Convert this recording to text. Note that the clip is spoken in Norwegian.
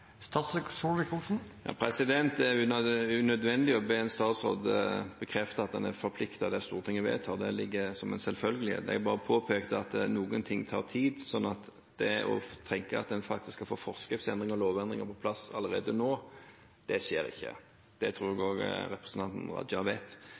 Det er unødvendig å be en statsråd bekrefte at han er forpliktet av det Stortinget vedtar. Det ligger som en selvfølgelighet. Jeg bare påpekte at noen ting tar tid, så at en faktisk får forskriftsendringer eller lovendringer på plass allerede nå, det skjer ikke. Det tror jeg